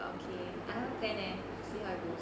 okay I haven't plan leh see how it goes